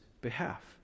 behalf